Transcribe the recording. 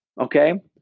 okay